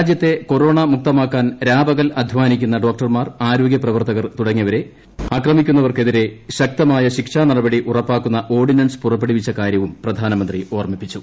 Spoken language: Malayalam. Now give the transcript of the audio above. രാജ്യത്തെ കൊറോണ മുക്തമാക്കാൻ ഡോക്ടർമാർ ആരോഗൃപ്രവർത്തകർ തൂട്ങ്ങിയവരെ അക്രമിക്കുന്നവർ ക്കെതിരെ ശക്തമായ ശിക്ഷാ നടപടി ഉര്യപ്പൂക്കുന്ന ഓർഡിൻസ് പുറപ്പെടു വിച്ച കാര്യവും പ്രധാനമന്ത്രി ഓർമ്മിപ്പിച്ചു